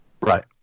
right